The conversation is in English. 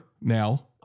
now